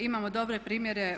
Imamo dobre primjere